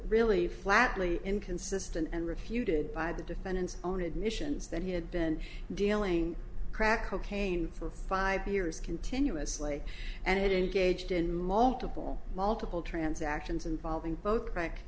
really flatly inconsistent and refuted by the defendant's own admissions that he had been dealing crack cocaine for five years continuously and had engaged in multiple multiple transactions involving both crack